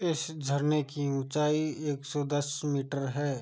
इस झरने की ऊँचाई एक सौ दस मीटर है